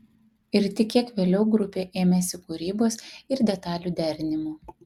ir tik kiek vėliau grupė ėmėsi kūrybos ir detalių derinimo